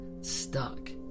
stuck